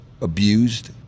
abused